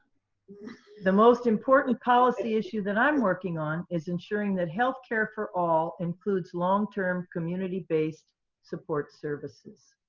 the most important policy issue that i'm working on is ensuring that healthcare for all includes long-term community-based support services.